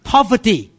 Poverty